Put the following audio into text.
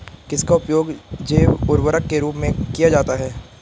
किसका उपयोग जैव उर्वरक के रूप में किया जाता है?